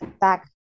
back